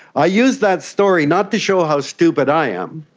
i use that story not to show how stupid i am.